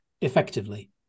effectively